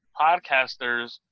podcasters